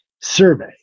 survey